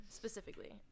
specifically